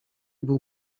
był